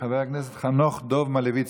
חבר הכנסת חנוך דב מלביצקי,